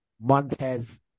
Montez